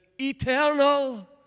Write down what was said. eternal